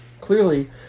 clearly